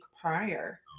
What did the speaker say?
prior